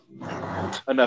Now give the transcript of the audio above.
enough